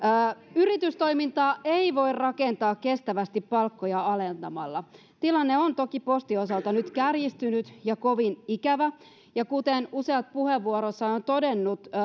yritystoimintaa ei voi rakentaa kestävästi palkkoja alentamalla tilanne on toki postin osalta nyt kärjistynyt ja kovin ikävä ja kuten useat puheenvuoroissaan ovat todenneet